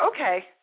okay